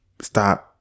stop